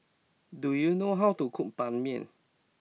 do you know how to cook Ban Mian